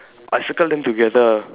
I circle them together